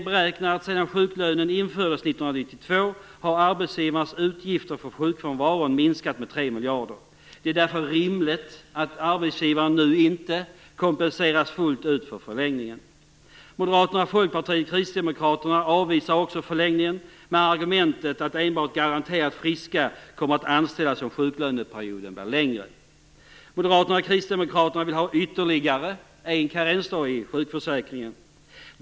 1992 har arbetsgivarnas utgifter för sjukfrånvaron minskat med 3 miljarder kronor. Det är därför rimligt att arbetsgivarna nu inte kompenseras fullt ut för förlängningen. Moderaterna, Folkpartiet och Kristdemokraterna avvisar också förlängningen med argumentet att enbart garanterat friska kommer att anställas om sjuklöneperioden blir längre. Moderaterna och Kristdemokraterna vill ha ytterligare en karensdag i sjukförsäkringen.